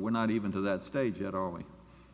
we're not even to that stage yet all we